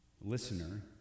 listener